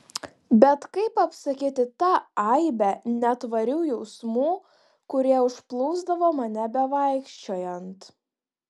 bet kaip apsakyti tą aibę netvarių jausmų kurie užplūsdavo mane bevaikščiojant